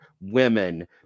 women